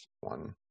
one